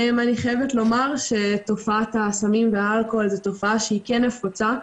אני חייבת לומר שתופעת הסמים והאלכוהול זו תופעה שהיא כן נפוצה.